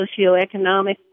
socioeconomic